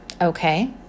Okay